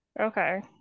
Okay